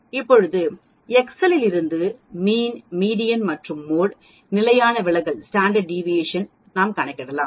இப்போது எக்செல் இலிருந்து இந்த மீண் மீடியன் மற்றும் மோட் நிலையான விலகலையும் நாம் கணக்கிடலாம்